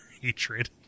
hatred